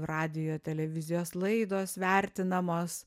radijo televizijos laidos vertinamos